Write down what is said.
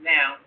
Now